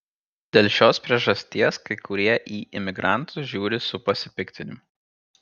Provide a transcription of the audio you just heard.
dėl šios priežasties kai kurie į imigrantus žiūri su pasipiktinimu